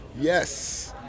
Yes